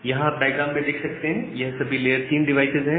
आप यहां डायग्राम में देख सकते हैं यह सभी लेयर 3 डिवाइसेज हैं